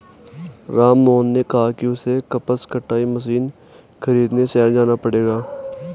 राममोहन ने कहा कि उसे कपास कटाई मशीन खरीदने शहर जाना पड़ेगा